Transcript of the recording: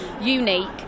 unique